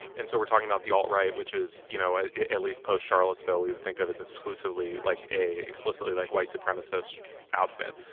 and so we're talking about the alt-right, which is, you know at at least post-charlottesville, we would think of as exclusively, like, an explicitly, like, white supremacist outfit.